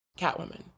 Catwoman